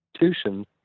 institutions